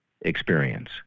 experience